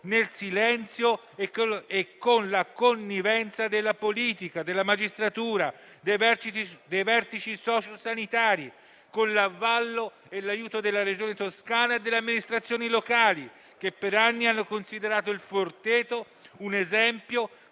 nel silenzio e con la connivenza della politica, della magistratura, dei vertici socio-sanitari; con l'avallo e l'aiuto della Regione Toscana e delle amministrazioni locali, che per anni hanno considerato "Il Forteto" un esempio,